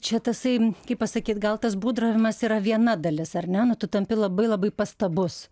čia tasai kaip pasakyt gal tas būdravimas yra viena dalis ar ne nu tu tampi labai labai pastabus